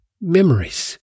memories